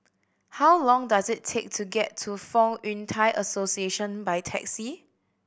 how long does it take to get to Fong Yun Thai Association by taxi